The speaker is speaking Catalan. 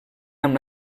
amb